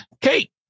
Kate